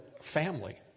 family